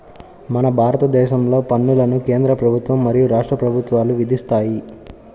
మన భారతదేశంలో పన్నులను కేంద్ర ప్రభుత్వం మరియు రాష్ట్ర ప్రభుత్వాలు విధిస్తాయి